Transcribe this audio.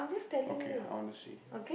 okay I want to see